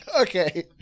Okay